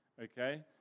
Okay